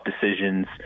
decisions